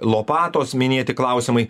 lopatos minėti klausimai